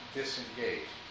disengage